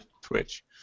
Twitch